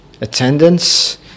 attendance